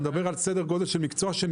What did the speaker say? זה ענף שנכחד